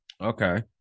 Okay